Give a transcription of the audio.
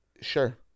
Sure